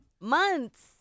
months